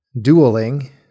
Dueling